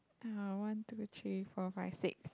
uh one two three four five six